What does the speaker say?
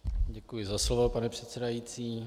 Děkuji za slovo, pane předsedající.